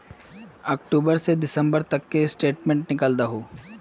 अक्टूबर से दिसंबर तक की स्टेटमेंट निकल दाहू?